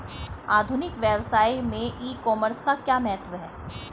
आधुनिक व्यवसाय में ई कॉमर्स का क्या महत्व है?